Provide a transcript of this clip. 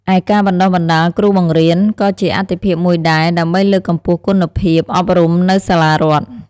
ឯការបណ្តុះបណ្តាលគ្រូបង្រៀន ក៏ជាអាទិភាពមួយដែរ ដើម្បីលើកកម្ពស់គុណភាពអប់រំនៅសាលារដ្ឋ។